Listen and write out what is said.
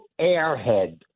airhead